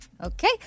Okay